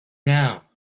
now